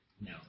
No